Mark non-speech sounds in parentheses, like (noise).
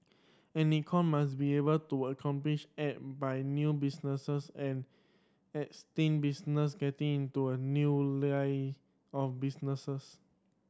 an economy must be able to (unintelligible) by new businesses and existing business getting into a new line of businesses